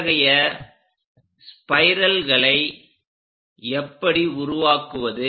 அத்தைகைய ஸ்பைரல்களை எப்படி உருவாக்குவது